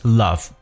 love